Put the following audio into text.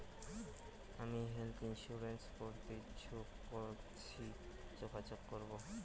আমি health insurance করতে ইচ্ছুক কথসি যোগাযোগ করবো?